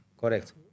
Correct